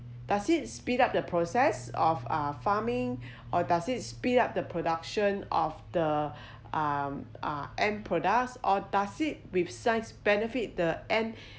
does it speed up the process of uh farming or does it speed up the production of the um end products or does it with science benefit the end